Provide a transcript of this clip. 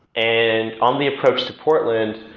and on the approach to portland,